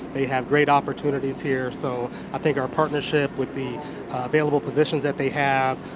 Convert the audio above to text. they have great opportunities here. so i think our partnership with the available positions that they have,